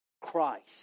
Christ